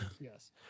yes